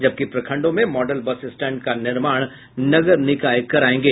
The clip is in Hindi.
जबकि प्रखंडों में मॉडल बस स्टैंड का निर्माण नगर निकाय करायेंगे